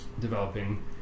developing